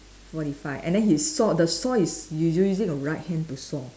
forty five and then his saw the saw is use using a right hand to saw